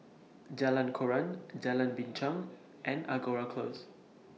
Jalan Koran Jalan Binchang and Angora Close